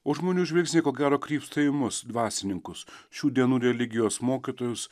o žmonių žvilgsniai ko gero krypsta į mus dvasininkus šių dienų religijos mokytojus